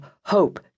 hope